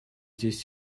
здесь